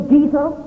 Jesus